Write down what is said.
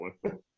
one